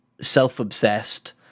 self-obsessed